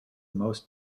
most